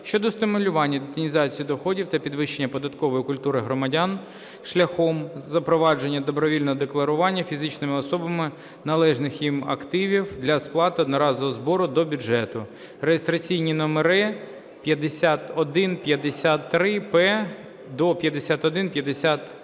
щодо стимулювання детінізації доходів та підвищення податкової культури громадян шляхом запровадження добровільного декларування фізичними особами належних їм активів та сплати одноразового збору до бюджету" (реєстраційні номери: 5153-П до 5153-П10).